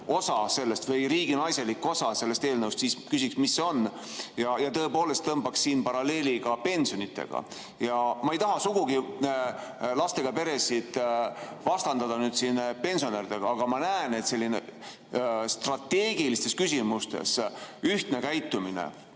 osa sellest või riiginaiselik osa sellest eelnõust, siis küsiksin, mis see on. Ja tõepoolest tõmbaksin siin paralleeli ka pensionidega. Ma ei taha sugugi lastega peresid vastandada pensionäridega, aga ma näen, et selline strateegilistes küsimustes ühtne käitumine,